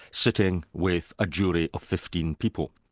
sitting with a jury of fifteen people.